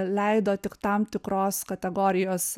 leido tik tam tikros kategorijos